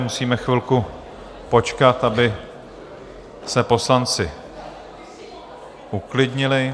Musíme chvilku počkat, aby se poslanci uklidnili.